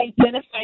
identify